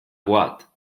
boîte